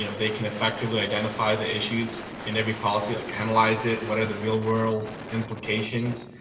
you know they can effectively identify the issues in every policy like analyze it, what are the real-world implications,